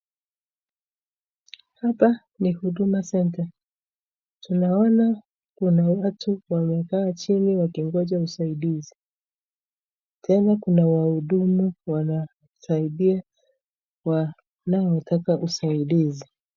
Hapa ni Huduma center tunaona kuna watu wamekaa chini wakingoja usaidizi tena kuna wahudumu wanasaidia wanaotaka usaidizi.